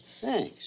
Thanks